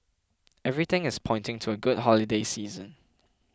everything is pointing to a good holiday season